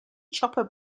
chopper